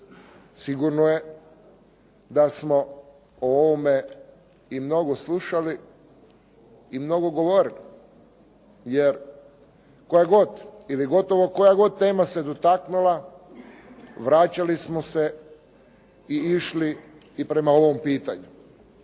Sigurno je da smo o ovome i mnogo slušali i mnogo govorili. Jer koja god ili gotovo koja god tema se dotaknula vraćali smo se i išli i prema ovom pitanju.